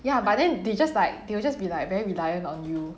ya but then they just like they will just be like very reliant on you